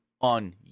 on